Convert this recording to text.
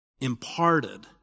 imparted